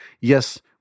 Yes